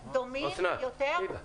אוסנת, תני לה.